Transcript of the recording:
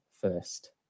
first